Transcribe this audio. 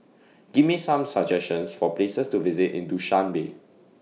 Give Me Some suggestions For Places to visit in Dushanbe